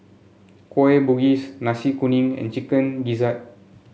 Kueh Bugis Nasi Kuning and Chicken Gizzard